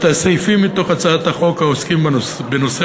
את הסעיפים מתוך הצעת החוק העוסקים בנושא